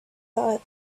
thought